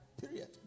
Period